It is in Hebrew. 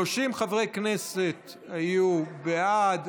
30 חברי כנסת היו בעד,